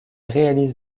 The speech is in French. réalise